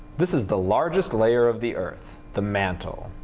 this is the largest layer of the earth. the mantle.